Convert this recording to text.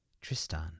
Tristan